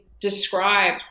describe